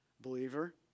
Believer